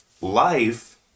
life